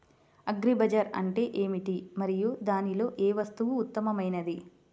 Agri బజార్ అంటే ఏమిటి మరియు దానిలో ఏ వస్తువు ఉత్తమమైనది?